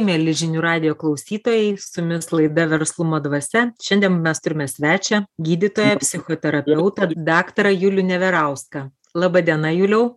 mieli žinių radijo klausytojai su jumis laida verslumo dvasia šiandien mes turime svečią gydytoją psichoterapeutą daktarą julių neverauską laba diena juliau